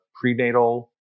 prenatal